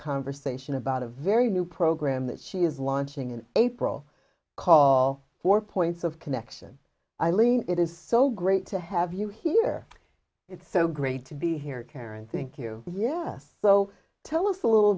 conversation about a very new program that she is launching an april call for points of connection eileen it is so great to have you here it's so great to be here karen thank you yes so tell us a little